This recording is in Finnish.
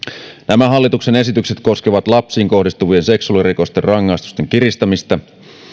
nämä hallituksen esitykset koskevat lapsiin kohdistuvien seksuaalirikosten rangaistusten kiristämistä